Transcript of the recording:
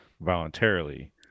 voluntarily